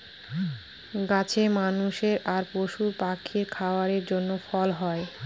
গাছে মানুষের আর পশু পাখির খাবারের জন্য ফল হয়